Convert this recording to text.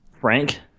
Frank